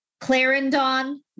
Clarendon